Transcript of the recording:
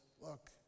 look